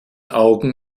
augen